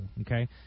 Okay